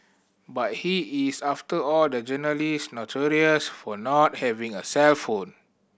but he is after all the journalist notorious for not having a cellphone